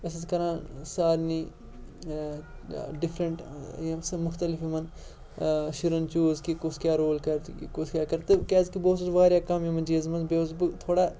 أسۍ ٲسۍ کَران سارنٕے ڈِفرَنٛٹ ییٚمۍ سٕنٛدۍ مختلف یِمَن شُرٮ۪ن چوٗز کہِ کُس کیٛاہ رول کَرِ تہٕ کُس کیٛاہ کَرِ تہٕ کیٛازِکہِ بہٕ اوسُس واریاہ کَم یِمَن چیٖزَن منٛز بیٚیہِ اوسُس بہٕ تھوڑا